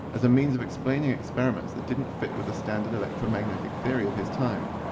as a means of explaining experiments that didn't fit with the standard electromagnetic theory of his time.